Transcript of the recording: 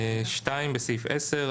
"(2)בסעיף 10,